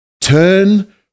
Turn